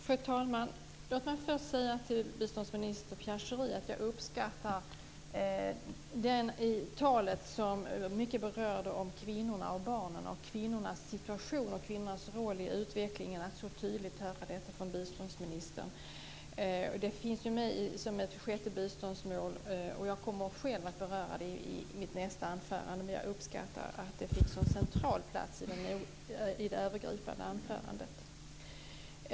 Fru talman! Låt mig först säga till biståndsminister Pierre Schori att jag uppskattar den del av talet som mycket berörde kvinnorna och barnen, kvinnornas situation och deras roll i utvecklingen. Det finns ju med som ett sjätte biståndsmål. Jag kommer själv att beröra frågorna i mitt nästa anförande, men jag uppskattar att de fick en så central plats i det övergripande anförandet.